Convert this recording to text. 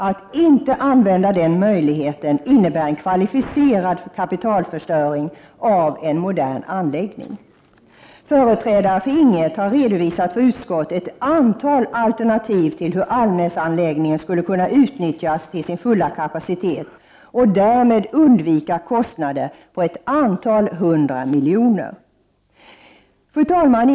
Att inte använda denna möjlighet innebär en kvalificerad kapitalförstöring av en modern anläggning. Företrädare för Ing 1 har redovisat för utskottet ett antal alternativ till hur Almnäsanläggningen skulle kunna utnyttjas till sin fulla kapacitet och därmed undvika kostnader på ett antal hundra miljoner. Fru talman!